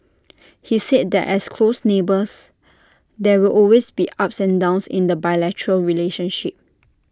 he said that as close neighbours there will always be ups and downs in the bilateral relationship